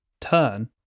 turn